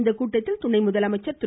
இந்த கூட்டத்தில் துணை முதலமைச்சர் திரு